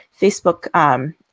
Facebook